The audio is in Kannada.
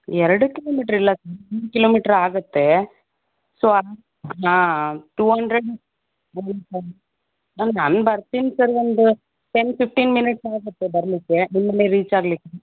ಎರಡು ಕಿಲೋಮೀಟರ್ ಇಲ್ಲ ಸರ್ ಮೂರು ಕಿಲೋಮೀಟರ್ ಆಗತ್ತೆ ಸೊ ಹಾಂ ಟು ಹಂಡ್ರೆಡ್ ನಾನು ಬರ್ತೀನಿ ಸರ್ ಒಂದು ಟೆನ್ ಫಿಫ್ಟೀನ್ ಮಿನಿಟ್ಸ್ ಆಗತ್ತೆ ಬರಲಿಕ್ಕೆ ನಿಮ್ಮನೆ ರೀಚ್ ಆಗಲಿಕ್ಕೆ